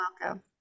welcome